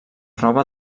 roba